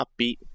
upbeat